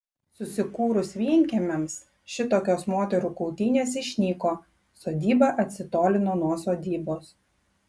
susikūrus vienkiemiams šitokios moterų kautynės išnyko sodyba atsitolino nuo sodybos